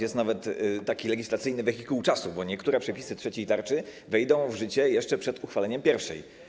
Jest nawet taki legislacyjny wehikuł czasu, bo niektóre przepisy trzeciej tarczy wejdą w życie jeszcze przed uchwaleniem pierwszej.